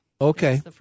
Okay